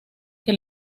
que